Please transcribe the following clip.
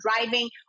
driving